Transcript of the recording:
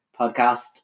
podcast